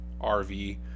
rv